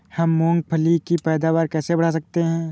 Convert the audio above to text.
हम मूंगफली की पैदावार कैसे बढ़ा सकते हैं?